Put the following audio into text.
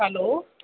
hello